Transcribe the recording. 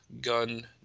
gun